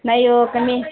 नाही ओ कमी कमी